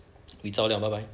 we zao liao bye bye